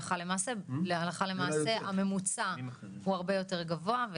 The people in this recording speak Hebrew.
הלכה למעשה הממוצע הוא הרבה יותר גבוה.